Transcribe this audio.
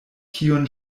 kiun